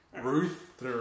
Ruth